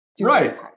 Right